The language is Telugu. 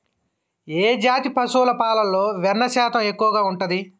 ఏ జాతి పశువుల పాలలో వెన్నె శాతం ఎక్కువ ఉంటది?